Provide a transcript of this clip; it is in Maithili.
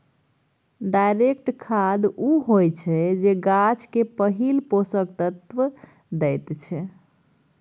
डायरेक्ट खाद उ होइ छै जे गाछ केँ पहिल पोषक तत्व दैत छै